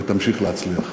ותמשיך להצליח.